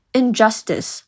injustice